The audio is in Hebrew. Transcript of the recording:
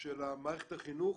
של מערכת החינוך